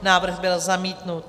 Návrh byl zamítnut.